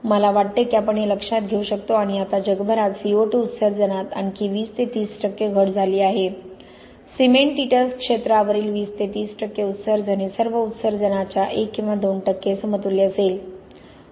मला वाटते की आपण हे लक्षात घेऊ शकतो आणि आता जगभरात CO2 उत्सर्जनात आणखी 20 ते 30 टक्के घट झाली आहे सिमेंटीटस क्षेत्रावरील 20 ते 30 टक्के उत्सर्जन हे सर्व उत्सर्जनाच्या 1 किंवा 2 टक्के समतुल्य असेल